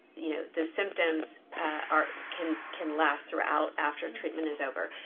you know, the symptoms are, can can last throughout, after treatment is over.